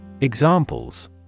Examples